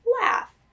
laugh